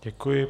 Děkuji.